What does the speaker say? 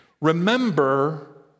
Remember